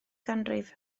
ganrif